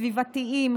סביבתיים,